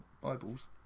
Bibles